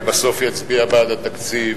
ובסוף יצביע בעד התקציב.